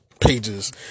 pages